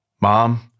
Mom